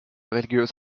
religiös